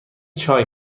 چای